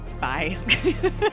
Bye